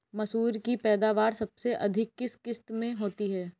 मसूर की पैदावार सबसे अधिक किस किश्त में होती है?